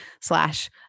slash